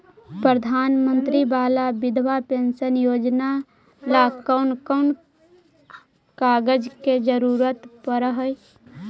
प्रधानमंत्री बाला बिधवा पेंसन योजना ल कोन कोन कागज के जरुरत पड़ है?